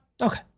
Okay